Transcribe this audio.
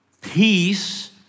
peace